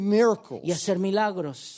miracles